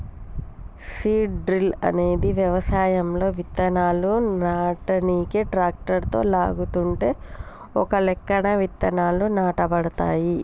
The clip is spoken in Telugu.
సీడ్ డ్రిల్ అనేది వ్యవసాయంలో విత్తనాలు నాటనీకి ట్రాక్టరుతో లాగుతుంటే ఒకలెక్కన విత్తనాలు నాటబడతాయి